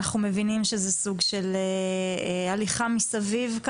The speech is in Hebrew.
אנחנו מבינים שזה סוג של הליכה מסביב.